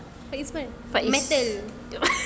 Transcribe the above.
faiz mana metal